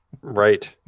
Right